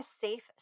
safe